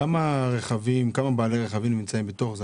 כמה רכבים, כמה בעלי רכבים נמצאים בתוך זה?